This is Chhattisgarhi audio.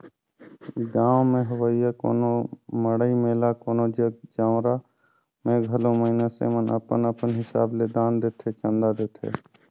गाँव में होवइया कोनो मड़ई मेला कोनो जग जंवारा में घलो मइनसे मन अपन अपन हिसाब ले दान देथे, चंदा देथे